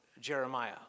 Jeremiah